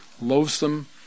loathsome